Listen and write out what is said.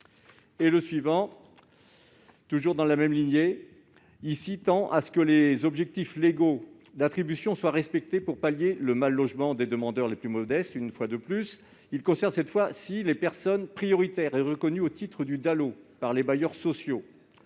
rectifié, quant à lui, tend à ce que les objectifs légaux d'attribution soient respectés pour pallier le mal-logement des demandeurs les plus modestes, une fois de plus. Il vise en particulier les personnes prioritaires et reconnues au titre du DALO par les bailleurs sociaux.